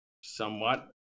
somewhat